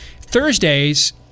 thursdays